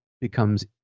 becomes